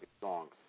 songs